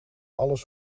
alles